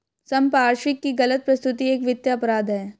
संपार्श्विक की गलत प्रस्तुति एक वित्तीय अपराध है